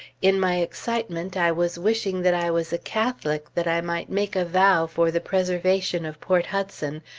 in my excitement, i was wishing that i was a catholic, that i might make a vow for the preservation of port hudson,